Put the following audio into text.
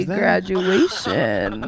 graduation